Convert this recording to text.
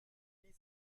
wieso